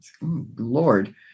Lord